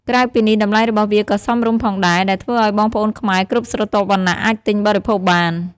ក្រៅពីនេះ តម្លៃរបស់វាក៏សមរម្យផងដែរ ដែលធ្វើឲ្យបងប្អូនខ្មែរគ្រប់ស្រទាប់វណ្ណៈអាចទិញបរិភោគបាន។